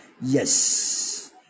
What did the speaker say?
yes